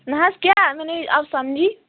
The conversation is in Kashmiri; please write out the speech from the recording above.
نہ حظ کیٛاہ مےٚ نَے آو سَمجھے